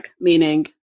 meaning